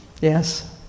Yes